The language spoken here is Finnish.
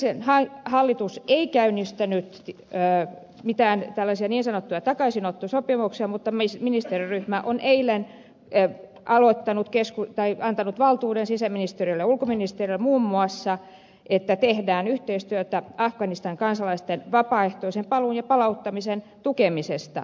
edellinen hallitus ei käynnistänyt mitään tällaisia niin sanottuja takaisinottosopimuksia mutta ministeriryhmä on eilen antanut valtuuden sisäministeriölle ja ulkoministeriölle muun muassa että tehdään yhteistyötä afganistanin kansalaisten vapaaehtoisen paluun ja palauttamisen tukemisessa